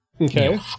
Okay